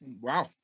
wow